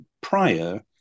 prior